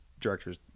directors